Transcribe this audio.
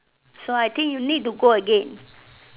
so I think need to go again